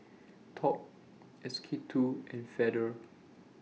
Top S K two and Feather